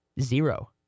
Zero